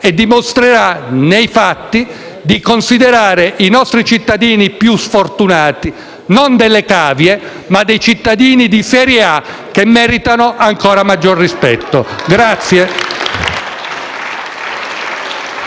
e dimostrerà nei fatti di considerare i nostri cittadini più sfortunati. Essi non sono delle cavie ma dei cittadini di serie A che meritano ancora maggior rispetto.